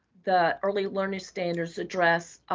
the early learning standards address,